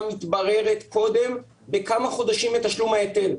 מתבררת קודם בכמה חודשים את תשלום ההיטל.